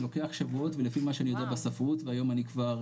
זה לוקח שבועות ולפי מה שאני יודע בספרות והיום אני כבר,